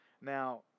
Now